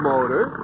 motor